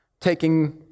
taking